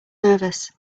nervous